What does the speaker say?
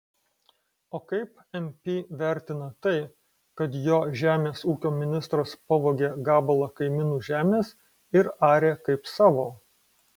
o kaip mp vertina tai kad jo žemės ūkio ministras pavogė gabalą kaimynų žemės ir arė kaip savo